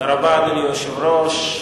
אדוני היושב-ראש,